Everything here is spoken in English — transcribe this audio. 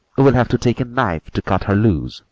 you will have to take a knife to cut her loose,